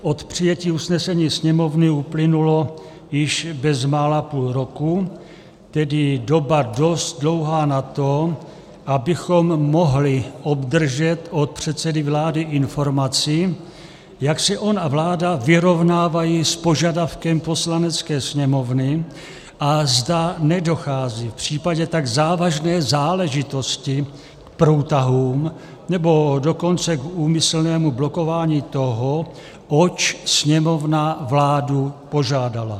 Od přijetí usnesení Sněmovny uplynulo již bezmála půl roku, tedy doba dost dlouhá na to, abychom mohli obdržet od předsedy vlády informaci, jak se on a vláda vyrovnávají s požadavkem Poslanecké sněmovny a zda nedochází v případě tak závažné záležitosti k průtahům, nebo dokonce k úmyslnému blokování toho, oč Sněmovna vládu požádala.